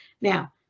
Now